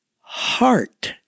heart